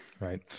right